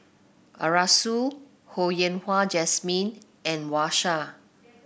Arasu Ho Yen Wah Jesmine and Wang Sha